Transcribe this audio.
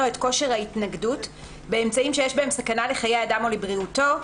את כושר ההתנגדות באמצעים שיש בהם סכנה לחיי אדם או לבריאותו,